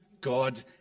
God